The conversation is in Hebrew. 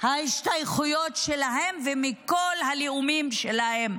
ההשתייכויות שלהם ומכל הלאומים שלהם.